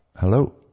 Hello